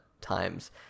times